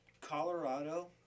Colorado